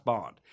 Bond